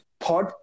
thought